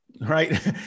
right